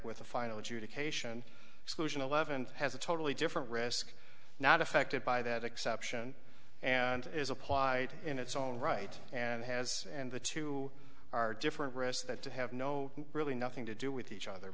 with a final adjudication exclusion eleventh has a totally different risk not affected by that exception and is applied in its own right and has and the two are different risks that to have no really nothing to do with each other